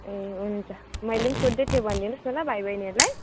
ए हुन्छ मैले नि सोद्धै थियो भनिदिनुहोस् न भाइ बहिनीहरूलाई